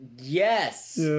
Yes